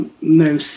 no